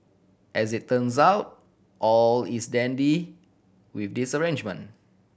as it turns out all is dandy with this arrangement